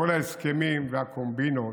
כל ההסכמים והקומבינות